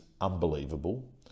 unbelievable